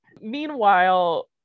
Meanwhile